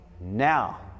now